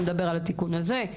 הוא מדבר על התיקון הזה.